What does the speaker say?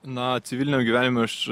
na civilinio gyvenimo aš